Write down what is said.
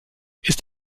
ist